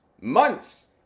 months